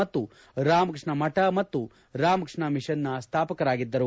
ಅವರು ರಾಮಕೃಷ್ಣ ಮಠ ಮತ್ತು ರಾಮಕೃಷ್ಣ ಮಿಷನ್ನ ಸ್ಥಾಪಕರಾಗಿದ್ದರು